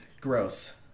gross